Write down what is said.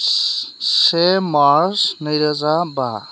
से मार्स नै रोजा बा